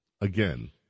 again